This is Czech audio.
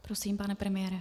Prosím, pane premiére.